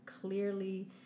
clearly